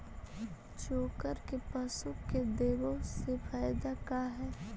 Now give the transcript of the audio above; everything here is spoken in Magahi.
चोकर के पशु के देबौ से फायदा का है?